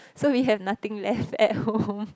so we have nothing left at home